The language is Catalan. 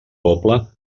poble